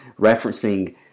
referencing